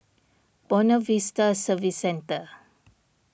Buona Vista Service Centre